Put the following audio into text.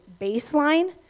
baseline